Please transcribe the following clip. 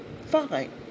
Fine